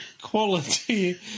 quality